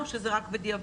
או שזה רק בדיעבד?